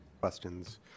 questions